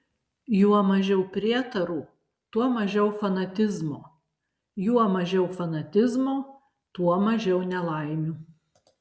juo mažiau prietarų tuo mažiau fanatizmo juo mažiau fanatizmo tuo mažiau nelaimių